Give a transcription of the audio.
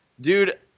dude